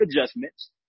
adjustments